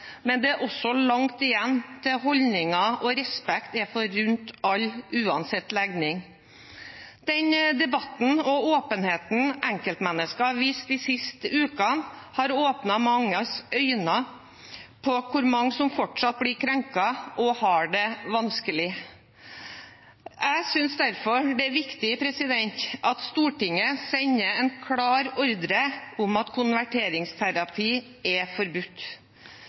men det er også langt igjen når det gjelder holdninger og respekt for alle, uansett legning. Denne debatten og åpenheten enkeltmennesker har vist de siste ukene, har åpnet manges øyne for hvor mange som fortsatt blir krenket og har det vanskelig. Jeg synes derfor det er viktig at Stortinget sender en klar ordre om at konverteringsterapi er forbudt,